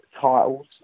titles